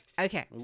Okay